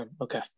okay